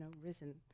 risen